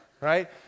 right